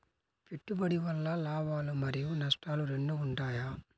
పెట్టుబడి వల్ల లాభాలు మరియు నష్టాలు రెండు ఉంటాయా?